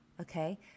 Okay